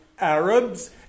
Arabs